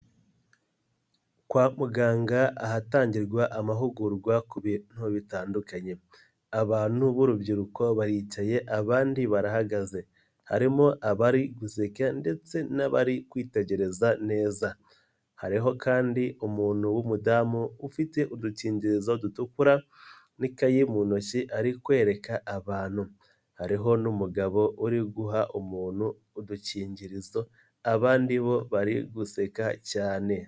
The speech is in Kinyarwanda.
Kwa muganga ahatangirwa amahugurwa ku bintu bitandukanye, abantu b'urubyiruko baricaye abandi barahagaze harimo abari guseka ndetse n'abari kwitegereza neza, hariho kandi umuntu w'umudamu ufite udukingirizo dutukura n'ikayi mu ntoki ari kwereka abantu, hariho n'umugabo uri guha umuntu udukingirizo abandi bo bari guseka cyane.